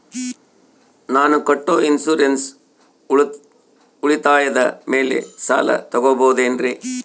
ನಾನು ಕಟ್ಟೊ ಇನ್ಸೂರೆನ್ಸ್ ಉಳಿತಾಯದ ಮೇಲೆ ಸಾಲ ತಗೋಬಹುದೇನ್ರಿ?